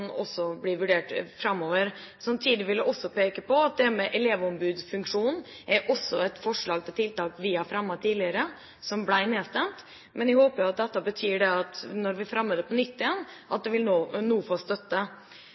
vurdert framover. Samtidig vil jeg peke på at elevombudsfunksjonen også er et forslag til tiltak vi har fremmet tidligere, som ble nedstemt. Men jeg håper at dette betyr at når vi fremmer det på nytt igjen, vil det nå få støtte.